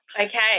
Okay